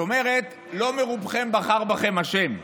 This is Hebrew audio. זאת אומרת, לא מרובכם בחר בכם ה'.